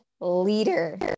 Leader